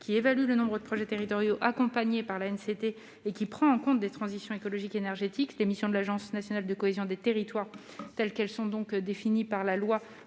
qui évaluera le nombre de projets territoriaux accompagnés par l'ANCT et qui prendra en compte les transitions écologiques et énergétiques. Les missions de l'Agence nationale de la cohésion des territoires, telles qu'elles sont définies par la loi,